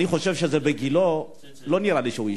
אני חושב שבגילו, לא נראה לי שהוא ישתנה.